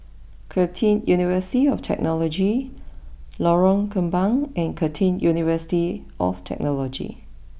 Curtin University of Technology Lorong Kembang and Curtin University of Technology